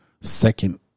second